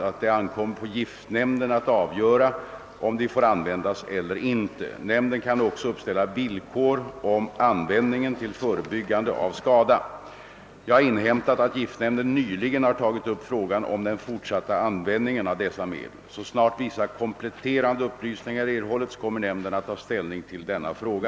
att det ankommer på giftnämnden att avgöra om de får användas eller inte. Nämnden kan också uppställa villkor om användningen till förebyggande av skada. Jag har inhämtat att giftnämnden nyligen har tagit upp frågan om den fortsatta användningen av dessa medel. Så snart vissa kompletterande upplysningar erhållits kommer nämnden att ta ställning till denna fråga.